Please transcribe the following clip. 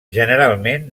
generalment